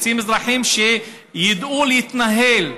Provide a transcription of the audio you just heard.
רוצים אזרחים שידעו להתנהל.